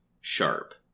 sharp